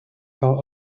gar